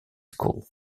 school